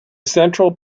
central